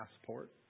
passport